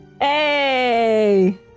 Hey